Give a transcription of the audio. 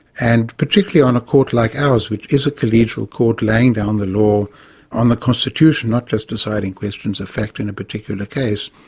and particularly on a court like ours which is a collegial court laying down the law on the constitution, not just deciding questions of fact in a particular case.